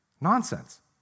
Nonsense